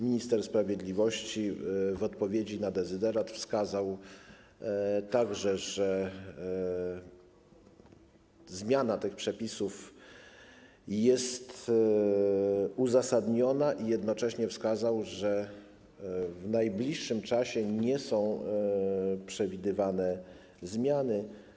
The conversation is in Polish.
Minister sprawiedliwości w odpowiedzi na dezyderat wskazał także, że zmiana tych przepisów jest uzasadniona, i jednocześnie wskazał, że w najbliższym czasie nie są przewidywane zmiany.